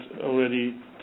already